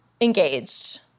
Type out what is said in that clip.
engaged